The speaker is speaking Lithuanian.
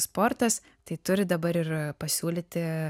sportas tai turi dabar ir pasiūlyti